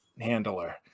handler